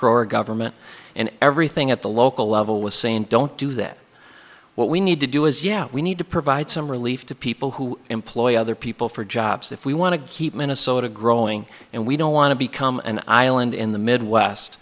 grow or government and everything at the local level was saying don't do that what we need to do is yeah we need to provide some relief to people who employ other people for jobs if we want to keep minnesota growing and we don't want to become an island in the midwest